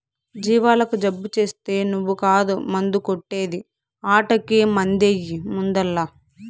జీవాలకు జబ్బు చేస్తే నువ్వు కాదు మందు కొట్టే ది ఆటకి మందెయ్యి ముందల్ల